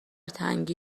تنگی